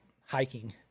hiking